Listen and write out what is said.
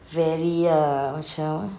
very err macam